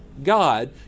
God